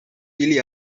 ili